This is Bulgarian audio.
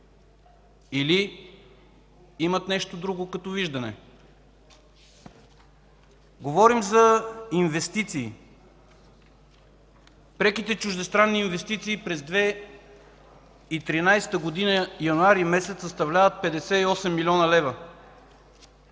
Или имат нещо друго като виждане? Говорим за инвестиции. Приехте чуждестранни инвестиции през 2013 г. януари месец съставляват 58 млн. лв.